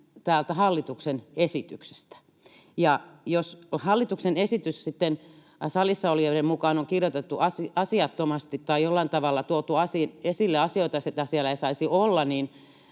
hallituksen esityksestä. Jos hallituksen esitys sitten salissa olijoiden mukaan on kirjoitettu asiattomasti tai jollain tavalla tuotu esille asioita, joita siellä ei saisi olla,